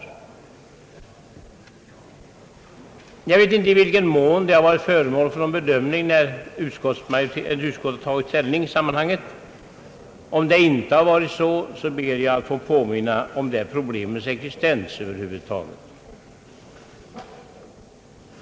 Jag vet inte i vilken mån den saken varit föremål för bedömning när utskottet tagit ställning. Om det inte varit så, ber jag att få påminna om problemets existens över huvud taget.